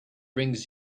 brings